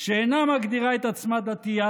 שאינה מגדירה את עצמה דתייה,